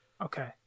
Okay